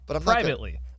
Privately